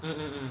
mm mm